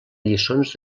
lliçons